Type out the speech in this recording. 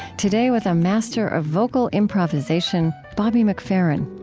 today, with a master of vocal improvisation, bobby mcferrin